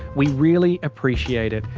we really appreciate it.